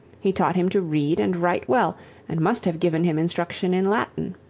he taught him to read and write well and must have given him instruction in latin.